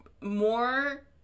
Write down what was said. more